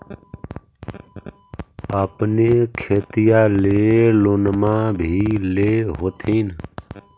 अपने खेतिया ले लोनमा भी ले होत्थिन?